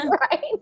Right